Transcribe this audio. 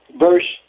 verse